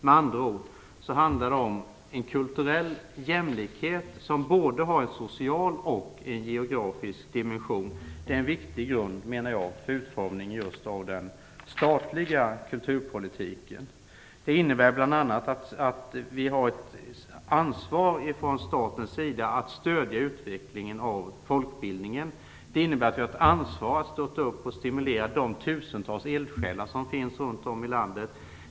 Med andra ord handlar det om en kulturell jämlikhet som har både en social och en geografisk dimension. Det är en viktig grund för utformningen av den statliga kulturpolitiken. Det innebär att vi har ett ansvar för att stödja och stimulera de tusentals eldsjälar som finns runt om i landet.